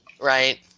Right